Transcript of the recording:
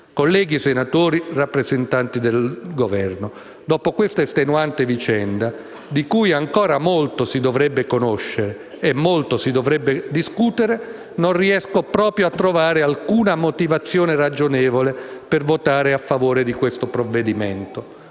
Colleghi senatori, rappresentanti del Governo, dopo questa estenuante vicenda, di cui ancora molto si dovrebbe conoscere e molto si dovrebbe discutere, non riesco proprio a trovare alcuna motivazione ragionevole per votare a favore di questo provvedimento.